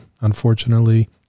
unfortunately